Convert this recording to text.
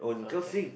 okay